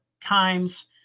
times